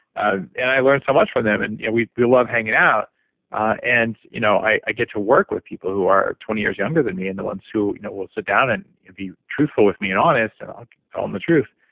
ah i learned so much from them and yeah we love hanging out ah and you know i get to work with people who are twenty years younger than me and the ones who you know will sit down and be truthful with me and honest and i'll tell them the truth.